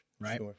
Right